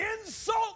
insult